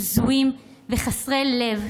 בזויים וחסרי לב,